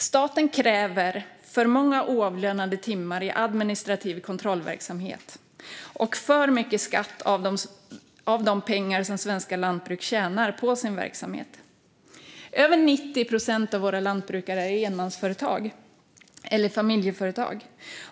Staten kräver för många oavlönade timmar i administrativ kontrollverksamhet och för mycket skatt av de pengar som svenska lantbruk tjänar på sin verksamhet. Över 90 procent av våra lantbruk utgörs av enmansföretag eller familjeföretag.